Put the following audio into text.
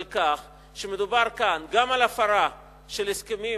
על כך שמדובר כאן גם על הפרה של הסכמים